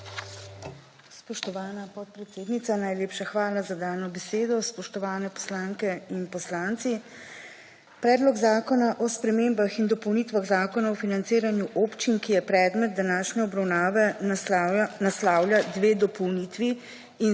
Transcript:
Spoštovana podpredsednica, najlepša hvala za dano besedo. Spoštovani poslanke in poslanci! Predlog zakona o spremembah in dopolnitvah Zakona o financiranju občin, ki je predmet današnje obravnave, naslavlja dve dopolnitvi